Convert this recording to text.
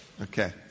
okay